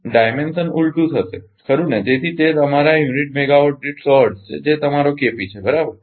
તેથી પરિમાણ ઊલટું થશે ખરુ ને તેથી તે તમારા યુનિટ મેગાવાટ દીઠ 100 હર્ટ્ઝ છે જે તમારો છે બરાબર